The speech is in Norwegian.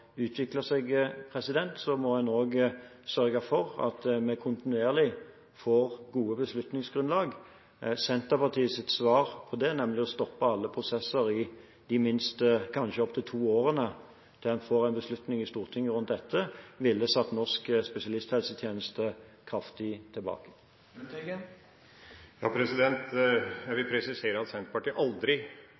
utvikle seg, må vi også sørge for at vi kontinuerlig får gode beslutningsgrunnlag. Senterpartiets svar på det, nemlig å stoppe alle prosesser til en får en beslutning i Stortinget om dette – i kanskje opptil to år – ville satt norsk spesialisthelsetjeneste kraftig tilbake. Jeg vil presisere at Senterpartiet aldri